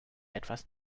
etwas